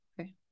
Okay